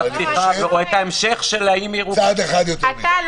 אבל אני חושב צעד אחד יותר מדי.